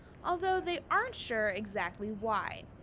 ah though they aren't sure exactly why.